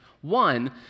One